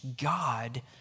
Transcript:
God